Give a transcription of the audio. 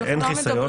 שאין חיסיון,